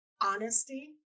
honesty